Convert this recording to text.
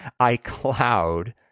iCloud